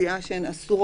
יציאה ממנו,